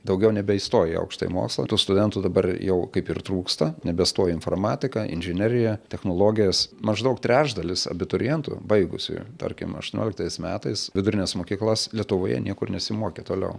daugiau nebeįstoja į aukštąjį mokslą tų studentų dabar jau kaip ir trūksta nebestoja į informatiką inžineriją technologijas maždaug trečdalis abiturientų baigusiųjų tarkim aštuonioliktais metais vidurines mokyklas lietuvoje niekur nesimokė toliau